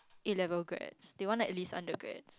A level grads they want at least undergrads